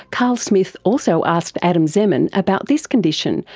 carl smith also asked adam zeman about this condition,